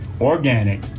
organic